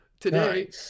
Today